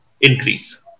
increase